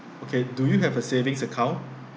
okay do you have a savings account